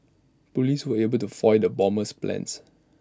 Police were able to foil the bomber's plans